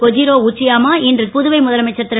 Kojiro Uchiyama இன்று புதுவை முதலமைச்சர் ரு